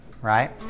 right